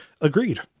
Agreed